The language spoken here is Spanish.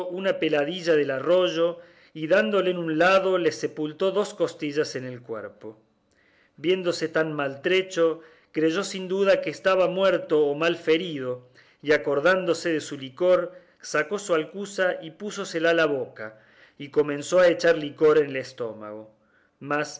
una peladilla de arroyo y dándole en un lado le sepultó dos costillas en el cuerpo viéndose tan maltrecho creyó sin duda que estaba muerto o malferido y acordándose de su licor sacó su alcuza y púsosela a la boca y comenzó a echar licor en el estómago mas